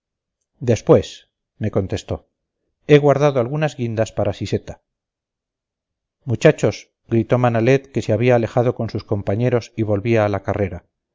después me contestó he guardado algunas guindas para siseta muchachos gritó manalet que se había alejado con sus compañeros y volvía a la carrera